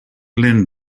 lint